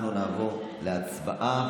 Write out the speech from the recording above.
אנחנו נעבור להצבעה.